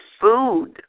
food